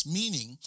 meaning